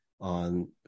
on